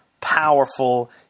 powerful